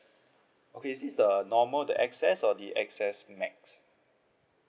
okay is this the normal the X S or the X S max